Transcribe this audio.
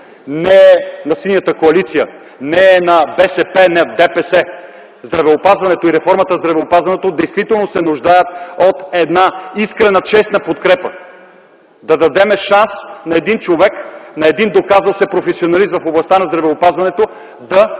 не е на Синята коалиция, не е на БСП, на ДПС. Здравеопазването и реформата в здравеопазването действително се нуждаят от искрена, честна подкрепа! Да дадем шанс на един човек, на един доказал се професионалист в областта на здравеопазването да